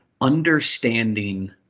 understanding